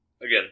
again